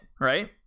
right